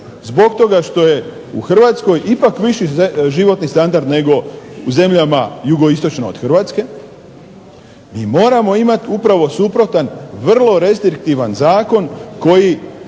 zbog toga što je u Hrvatskoj ipak viši životni standard nego u zemljama jugoistočno od Hrvatske. I moramo imati upravo suprotan vrlo restriktivan zakon koji